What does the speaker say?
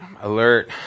alert